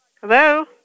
Hello